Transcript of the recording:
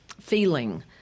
feeling